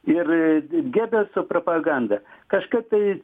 ir ir gebelso propagandą kažkaip tai